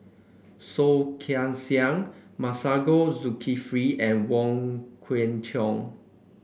Soh Kay Siang Masagos Zulkifli and Wong Kwei Cheong